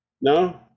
no